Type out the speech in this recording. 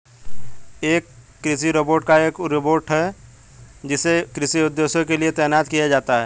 एक कृषि रोबोट एक रोबोट है जिसे कृषि उद्देश्यों के लिए तैनात किया जाता है